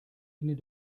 ihnen